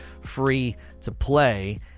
free-to-play